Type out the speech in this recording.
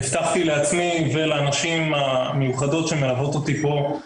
הבטחתי לעצמי ולנשים המיוחדות שמלוות אותי פה,